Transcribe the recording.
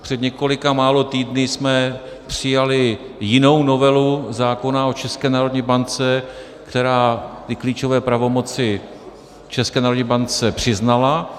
Před několika málo týdny jsme přijali jinou novelu zákona o České národní bance, která ty klíčové pravomoci České národní bance přiznala.